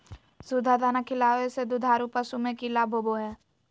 सुधा दाना खिलावे से दुधारू पशु में कि लाभ होबो हय?